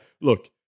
Look